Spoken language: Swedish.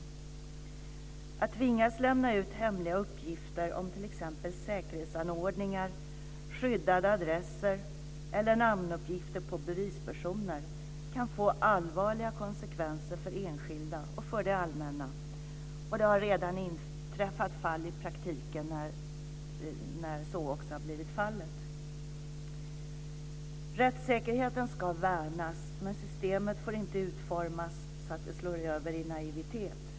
Att tvingas lämna ut hemliga uppgifter om t.ex. säkerhetsanordningar, skyddade adresser eller namnuppgifter på bevispersoner kan få allvarliga konsekvenser för enskilda och för det allmänna. Det har redan inträffat fall i praktiken att så också har blivit fallet. Rättssäkerheten ska värnas, men systemet får inte utformas så att det slår över i naivitet.